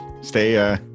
Stay